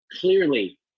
clearly